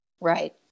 right